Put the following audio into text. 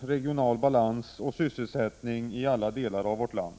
regional balans och sysselsättning i alla delar av vårt land.